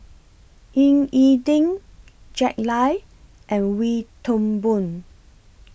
Ying E Ding Jack Lai and Wee Toon Boon